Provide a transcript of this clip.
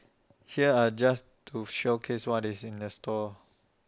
here are just to showcase what's in store